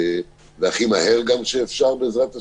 והכי מהר גם שאפשר, בעזרת השם.